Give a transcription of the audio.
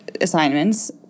assignments